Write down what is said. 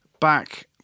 Back